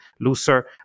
looser